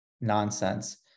nonsense